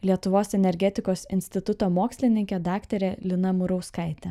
lietuvos energetikos instituto mokslininkė daktarė lina murauskaitė